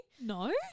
No